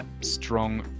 strong